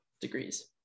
degrees